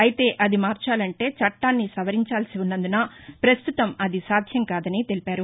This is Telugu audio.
అయితే అది మార్చాలంటే చట్టాన్ని సవరించాల్సి ఉన్నందున పస్తుతం అది సాధ్యం కాదని తెలిపారు